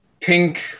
Pink